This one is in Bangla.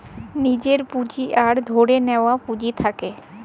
লীজের পুঁজি আর ধারে লিয়া পুঁজি থ্যাকে